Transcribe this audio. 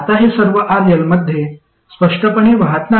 आता हे सर्व RL मध्ये स्पष्टपणे वाहत नाही